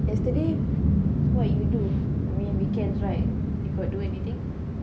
yesterday what you do we weekends right you got do anything